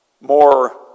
more